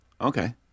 Okay